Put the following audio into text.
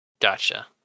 Gotcha